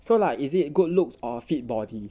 so like is it good looks or fit body